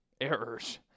errors